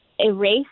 erase